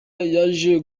yaje